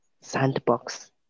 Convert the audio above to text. sandbox